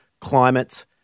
climate